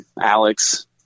Alex